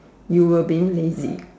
you were being lazy